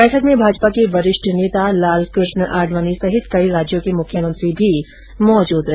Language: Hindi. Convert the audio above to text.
बैठक में भाजपा के वरिष्ठ नेता लालकृष्ण आडवानी सहित कई राज्यों के मुख्यमंत्री भी मौजूद रहे